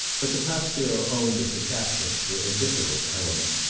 but the pasteur owned that the catholics were a difficult element,